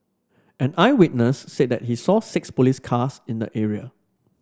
an eyewitness said that he saw six police cars in the area